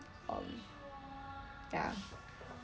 um ya